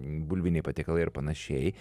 bulviniai patiekalai ir panašiai